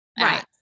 Right